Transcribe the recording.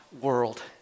world